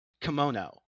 kimono